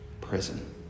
prison